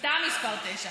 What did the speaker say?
אתה מספר תשע.